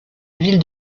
ville